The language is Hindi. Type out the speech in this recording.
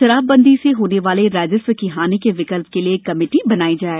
शराबबंदी से होने वाले राजस्व की हानि के विकल्प के लिए एक कमेटी बनाई जाए